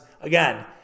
again